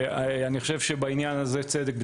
בצדק,